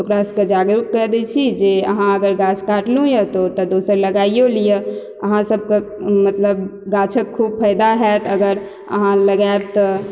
ओकरा सबके जागरूक कए दै छी जे अहाँ अगर गाछ काटलु यऽ तऽ ओतऽ दोसर लगाइयो लिय अहाँ सबके मतलब गाछक खूब फायदा होएत अगर अहाँ लगाएब तऽ